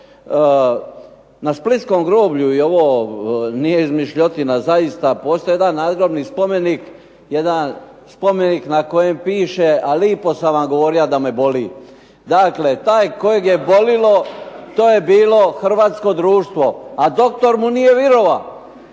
Na splitskom groblju je ovo nije izmišljotina. Zaista postoji jedan nadgrobni spomenik, jedan spomenik na kojem piše "A lipo sam vam govorija da me boli". Dakle, taj kojeg je bolilo to je bilo hrvatsko društvo, a doktor mu nije virova.